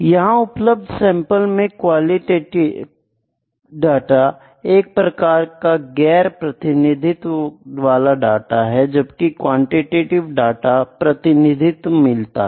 यहां उपलब्ध सैंपल में क्वालिटेटिव डाटा एक प्रकार का गैर प्रतिनिधित्व वाला डाटा है जबकि क्वांटिटीव डाटा में हमें प्रतिनिधित्व मिलता है